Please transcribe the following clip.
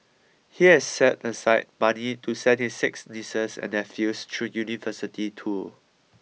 he has set aside money to send his six nieces and nephews through university too